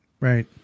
Right